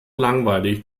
langweilig